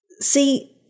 See